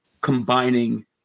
combining